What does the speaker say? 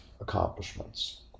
accomplishments